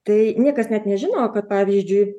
tai niekas net nežino kad pavyzdžiui